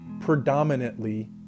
predominantly